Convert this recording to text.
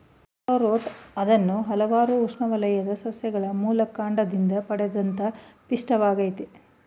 arrowroot ಅನ್ನೋದು ಹಲ್ವಾರು ಉಷ್ಣವಲಯದ ಸಸ್ಯಗಳ ಮೂಲಕಾಂಡದಿಂದ ಪಡೆದಂತ ಪಿಷ್ಟವಾಗಯ್ತೆ